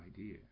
idea